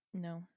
No